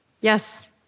Yes